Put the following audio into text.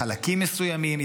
לחלקים מסוימים,